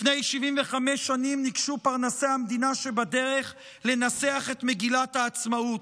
לפני 75 שנים ניגשו פרנסי המדינה שבדרך לנסח את מגילת העצמאות.